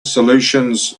solutions